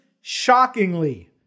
shockingly